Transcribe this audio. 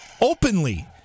openly